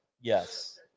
yes